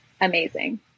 amazing